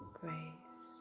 grace